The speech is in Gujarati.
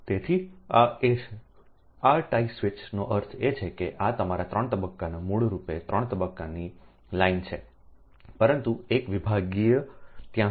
તેથી આ એ છે આ ટાઇ સ્વિચનો અર્થ એ છે કે આ તમારા 3 તબક્કાના મૂળ રૂપે 3 તબક્કાની લાઇન છે પરંતુ એક વિભાગીય ત્યાં હશે